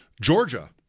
Georgia